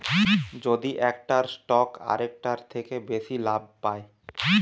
যদি একটা স্টক আরেকটার থেকে বেশি লাভ পায়